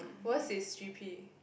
worst is g_p